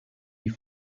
die